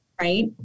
right